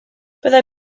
byddai